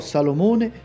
Salomone